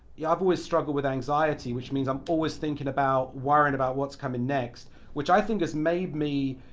yeah, i've always struggled with anxiety which means i'm always thinking about worrying about what's coming next which i think has made me